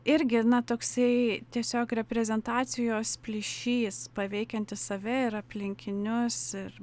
irgi na toksai tiesiog reprezentacijos plyšys paveikiantis save ir aplinkinius ir